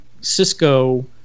Cisco